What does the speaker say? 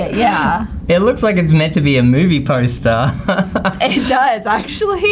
yeah. it looks like it's meant to be a movie poster. it does actually.